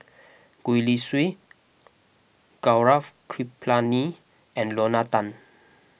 Gwee Li Sui Gaurav Kripalani and Lorna Tan